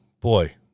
Boy